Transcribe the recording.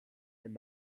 and